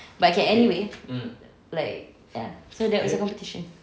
but okay anyway like ya so that was the competition